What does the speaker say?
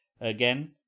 again